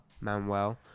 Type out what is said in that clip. Manuel